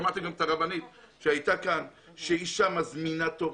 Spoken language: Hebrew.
שמעתי את הרבנית שהייתה כאן שאישה מזמינה תור.